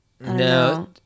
No